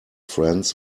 friends